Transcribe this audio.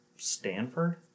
Stanford